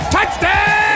Touchdown